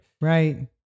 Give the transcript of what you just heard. Right